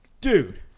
dude